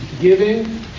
Giving